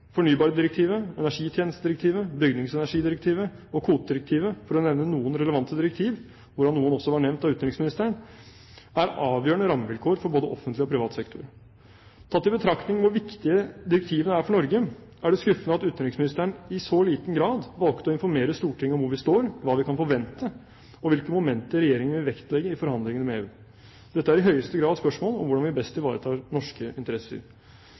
Fornybardirektivet, energitjenestedirektivet, bygningsenergidirektivet og kvotedirektivet, for å nevne noen relevante direktiv, hvorav noen også var nevnt av utenriksministeren, er avgjørende rammevilkår for både offentlig og privat sektor. Tatt i betraktning hvor viktige direktivene er for Norge, er det skuffende at utenriksministeren i så liten grad valgte å informere Stortinget om hvor vi står, hva vi kan forvente og hvilke momenter Regjeringen vil vektlegge i forhandlingene med EU. Dette er i høyeste grad spørsmål om hvordan vi best ivaretar norske interesser.